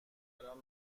الان